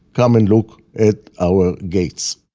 come and look at our gates!